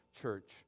church